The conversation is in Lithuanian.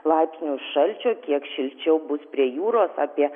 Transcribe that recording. laipsnius šalčio kiek šilčiau bus prie jūros apie